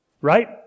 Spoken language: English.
Right